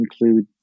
include